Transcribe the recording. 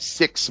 six